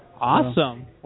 Awesome